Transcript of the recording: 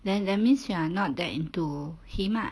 then that means you are not that into him ah